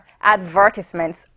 Advertisements